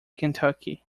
kentucky